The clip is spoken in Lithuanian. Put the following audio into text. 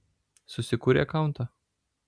susikūrei akauntą